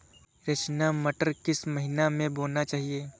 रचना मटर किस महीना में बोना चाहिए?